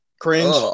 cringe